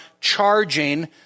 charging